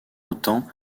autant